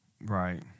Right